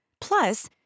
Plus